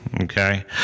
Okay